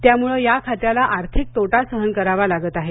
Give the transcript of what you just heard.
त्यामुळं या खात्याला आर्थिक तोटा सहन करावा लागत आहे